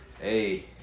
Hey